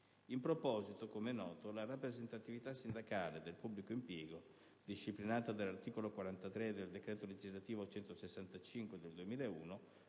In proposito, com'è noto, la rappresentatività sindacale del pubblico impiego, disciplinata dall'articolo 43 del decreto legislativo n. 165 del 2001,